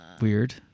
weird